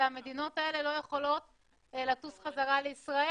והמדינות האלה לא יכולות לטוס לישראל.